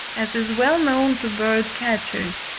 as is well known to bird-catchers.